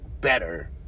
better